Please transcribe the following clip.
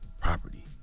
property